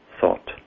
thought